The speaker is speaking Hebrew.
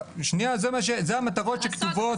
אלה המטרות שכתובות.